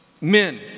Men